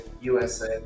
USA